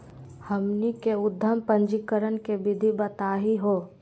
हमनी के उद्यम पंजीकरण के विधि बताही हो?